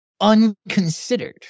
unconsidered